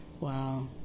Wow